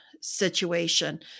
situation